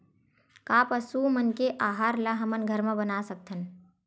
का पशु मन के आहार ला हमन घर मा बना सकथन?